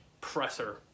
presser